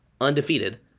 undefeated